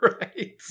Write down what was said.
Right